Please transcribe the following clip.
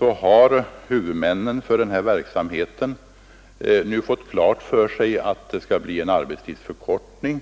har huvudmännen för verksamheten nu fått klart för sig att det skall bli en arbetstidsförkortning.